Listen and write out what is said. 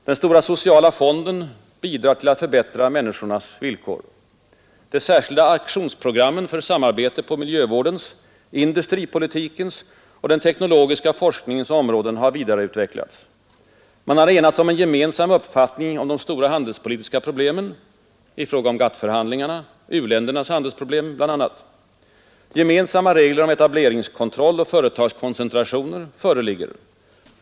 Den stora sociala fonden bidrar till att förbättra människornas villkor. De särskilda aktionsprogrammen för samarbete på miljövårdens, industripolitikens och den teknologiska forskningens områden har vidareutvecklats. Man har enats om en gemensam uppfattning om de stora handelspolitiska problemen bl.a. i fråga om GATT-förhandlingarna och u-ländernas handelsproblem. Gemensamma regler om etableringskontroll och företagskoncentrationer föreligger.